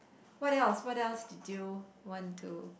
what else what else did you want to